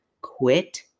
quit